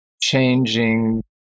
changing